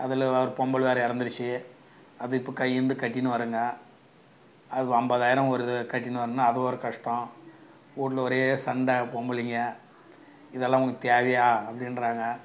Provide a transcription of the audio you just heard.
அதில் ஒரு பொம்பளை வேறு இறந்துருச்சி அது இப்போ கையேந்து கட்டின்னு வரேங்க அது வா ஐம்பதாயிரம் வருது கட்டின்னு வர்னா அது ஒரு கஷ்டம் ஊட்டில ஒரே சண்டை பொம்பளைங்க இதெல்லாம் உனக்கு தேவையா அப்படின்றாங்க